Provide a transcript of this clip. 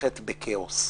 קארין, רק דקה.